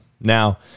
Now